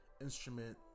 instrument